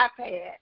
iPad